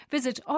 Visit